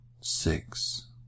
Six